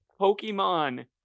Pokemon